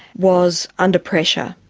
was under pressure,